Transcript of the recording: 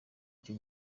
icyo